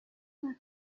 وقتی